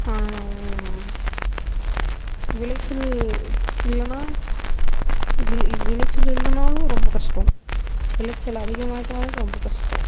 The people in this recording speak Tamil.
விளைச்சல் இல்லைனா இவ் விளைச்சல் இல்லைனாலும் ரொம்ப கஷ்டம் விளைச்சல் அதிகமாகிட்டாலும் ரொம்ப கஷ்டம்